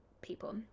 people